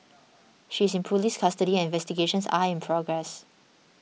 she is in police custody and investigations are in progress